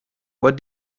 what